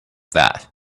that